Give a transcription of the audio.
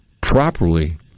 properly